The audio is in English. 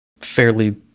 fairly